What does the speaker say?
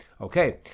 Okay